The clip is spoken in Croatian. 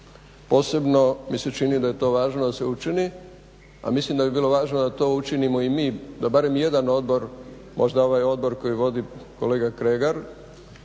Posebno mi se čini da je to važno da se učini, a mislim da bi bilo važno da to učinimo i mi, da barem jedan odbor, možda ovaj odbor koji vodi kolega Kregar